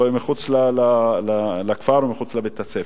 מחוץ לכפר ומחוץ לבית-הספר.